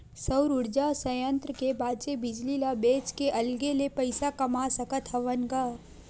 सउर उरजा संयत्र के बाचे बिजली ल बेच के अलगे ले पइसा कमा सकत हवन ग